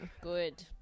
Good